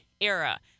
era